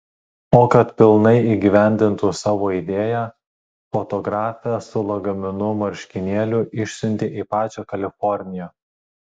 o kad pilnai įgyvendintų savo idėją fotografę su lagaminu marškinėlių išsiuntė į pačią kaliforniją